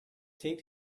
take